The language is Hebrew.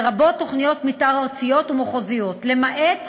לרבות תוכניות מתאר ארציות ומחוזיות, למעט